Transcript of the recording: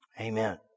Amen